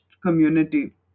community